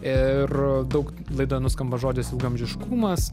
ir daug laidoje nuskamba žodis ilgaamžiškumas